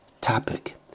topic